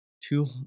two